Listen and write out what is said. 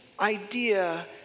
idea